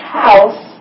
house